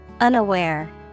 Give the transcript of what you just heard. Unaware